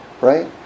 Right